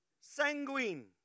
sanguine